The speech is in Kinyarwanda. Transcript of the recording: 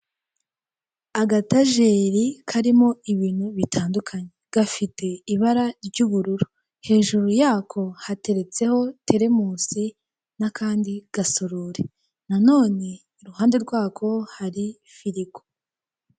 Agatajeri karimo ibintu bitandukanye gafite ibara ry'ubururu hejuru yako hateretseho teremunsi nakandi gasorori nanone iruhande rwako hari firigo.